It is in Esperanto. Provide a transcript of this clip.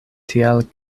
tial